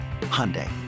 Hyundai